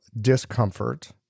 discomfort